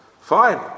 Fine